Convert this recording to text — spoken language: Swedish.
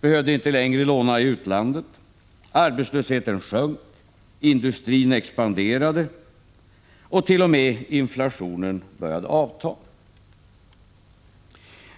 behövde inte längre låna i utlandet, arbetslösheten sjönk, industrin expanderade och inflationen började t.o.m. avta.